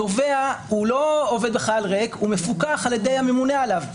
התובע מפוקח על ידי הממונה עליו,